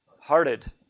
hearted